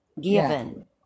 given